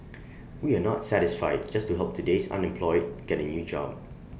we are not satisfied just to help today's unemployed get A new job